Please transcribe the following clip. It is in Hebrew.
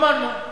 אמרנו.